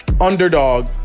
underdog